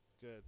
Good